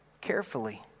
carefully